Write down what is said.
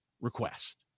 request